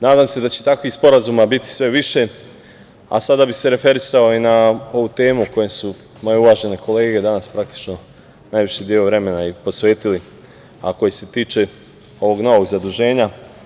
Nadam se da će takvih sporazuma biti sve više, a sada bih se referisao i na ovu temu koju su moje uvažene kolege danas praktično najviši deo vremena i posvetili, a koji se tiče ovog novog zaduženja.